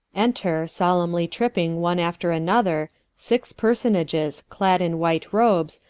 enter solemnely tripping one after another, sixe personages, clad in white robes,